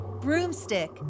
broomstick